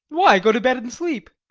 why, go to bed and sleep.